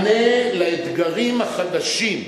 הבטחת מענה לאתגרים החדשים.